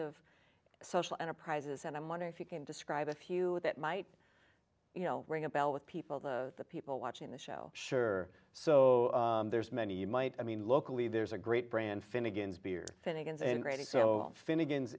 of social enterprises and i'm wondering if you can describe a few that might you know ring a bell with people the people watching the show sure so there's many might i mean locally there's a great brand finnegan